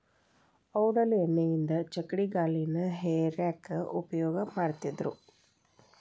ಔಡಲ ಎಣ್ಣಿಯಿಂದ ಚಕ್ಕಡಿಗಾಲಿನ ಹೇರ್ಯಾಕ್ ಉಪಯೋಗ ಮಾಡತ್ತಿದ್ರು